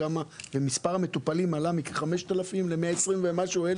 ומספר המטופלים עלה מכ-5,000 ליותר מ-120,000.